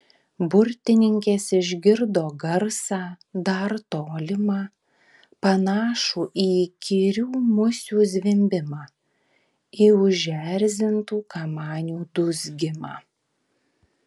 burtininkės išgirdo garsą dar tolimą panašų į įkyrių musių zvimbimą į užerzintų kamanių dūzgimą